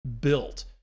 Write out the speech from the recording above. built